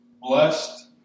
blessed